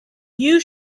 you